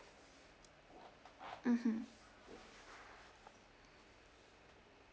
mmhmm